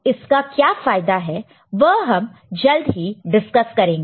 इसका क्या फायदा है वह हम जल्द ही डिस्कस करेंगे